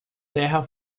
terra